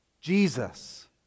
Jesus